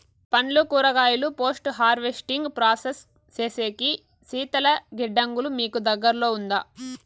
పండ్లు కూరగాయలు post harvesting process సేసేకి శీతల గిడ్డంగులు మీకు దగ్గర్లో ఉందా?